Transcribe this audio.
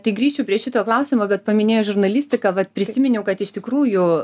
tai grįšiu prie šito klausimo bet paminėjus žurnalistiką vat prisiminiau kad iš tikrųjų